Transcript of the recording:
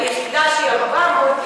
היחידה שהיא 400,